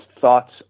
thoughts